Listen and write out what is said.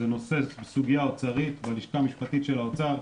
זאת סוגיה אוצרית, בלשכה המשפטית של האוצר,